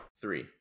Three